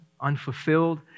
unfulfilled